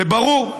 זה ברור,